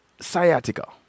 sciatica